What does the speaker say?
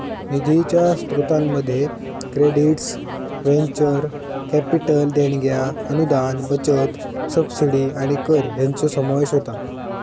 निधीच्या स्रोतांमध्ये credits, venture capital देणग्या, अनुदान, बचत, सबसिडी आणि कर हयांचो समावेश होता